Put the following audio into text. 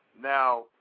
Now